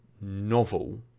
novel